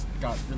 got